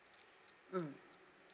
mm